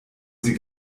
sie